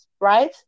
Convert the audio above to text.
right